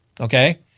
Okay